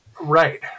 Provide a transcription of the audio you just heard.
Right